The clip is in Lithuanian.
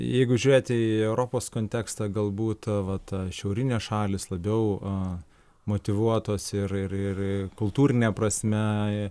jeigu žiūrėti į europos kontekstą galbūt vat a šiaurinės šalys labiau a motyvuotos ir ir ir ir kultūrine prasme